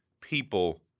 people